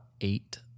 eight